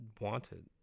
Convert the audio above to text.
Wanted